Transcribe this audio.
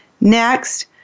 Next